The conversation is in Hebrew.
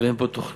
ואין פה תוכנית,